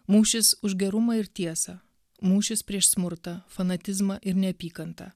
mūšis už gerumą ir tiesą mūšis prieš smurtą fanatizmą ir neapykantą